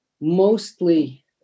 mostly